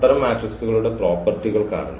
അത്തരം മെട്രിക്സുകളുടെ പ്രോപ്പർട്ടികൾ കാരണം